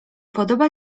podoba